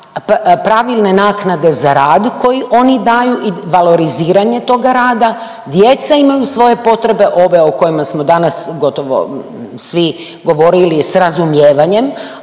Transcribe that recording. pravilne naknade za rad koji oni daju i valoriziranje toga rada, djeca imaju svoje potrebe ove o kojima smo danas gotovo svi govorili s razumijevanjem